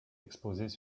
exposées